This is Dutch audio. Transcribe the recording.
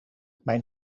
mijn